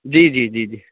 جی جی جی جی